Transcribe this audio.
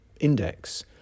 index